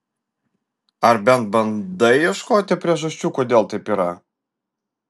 ar bent bandai ieškoti priežasčių kodėl taip yra